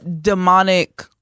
demonic